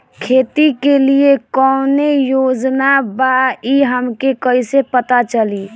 खेती के लिए कौने योजना बा ई हमके कईसे पता चली?